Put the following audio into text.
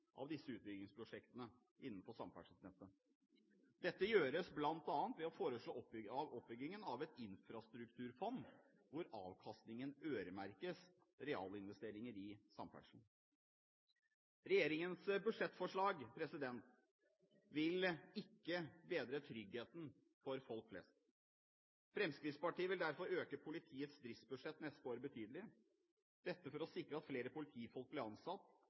av disse utbyggingsprosjektene innenfor samferdselsnettet. Dette gjøres bl.a. ved å foreslå oppbygging av et infrastrukturfond hvor avkastningen øremerkes realinvesteringer i samferdsel. Regjeringens budsjettforslag vil ikke bedre tryggheten for folk flest. Fremskrittspartiet vil derfor øke politiets driftsbudsjett neste år betydelig – dette for å sikre at flere politifolk blir ansatt,